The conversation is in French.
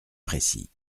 précis